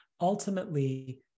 ultimately